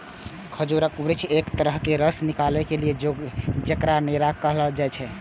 खजूरक वृक्ष सं एक तरहक रस निकलै छै, जेकरा नीरा कहल जाइ छै